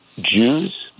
Jews